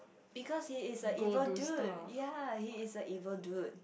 because he is a evil dude ya he is a evil dude